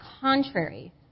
contrary